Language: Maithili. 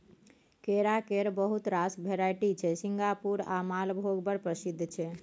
केरा केर बहुत रास भेराइटी छै सिंगापुरी आ मालभोग बड़ प्रसिद्ध छै